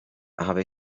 habe